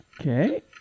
Okay